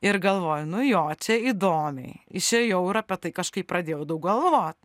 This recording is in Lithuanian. ir galvoju nu jo čia įdomiai išėjau ir apie tai kažkaip pradėjau daug galvot